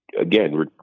Again